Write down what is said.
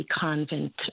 Convent